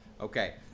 Okay